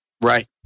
right